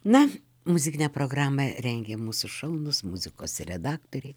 na muzikinę programą rengė mūsų šaunūs muzikos redaktoriai